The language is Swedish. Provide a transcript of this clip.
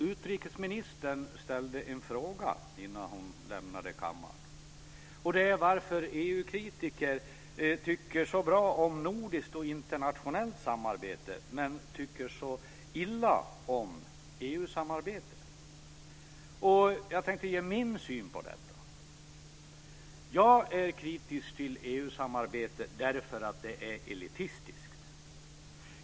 Utrikesministern ställde en fråga innan hon lämnade kammaren. Hon frågade varför EU kritiker tycker så bra om nordiskt och internationellt samarbete men tycker så illa om EU-samarbete. Jag tänkte ge min syn på detta. Jag är kritisk till EU samarbete därför att det är elitistiskt.